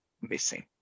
missing